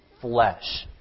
flesh